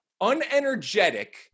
unenergetic